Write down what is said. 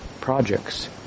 projects